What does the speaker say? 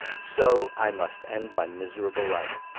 so i must end my miserable life.